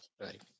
Right